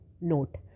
note